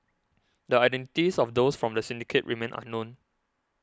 the identities of those from the syndicate remain unknown